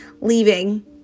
leaving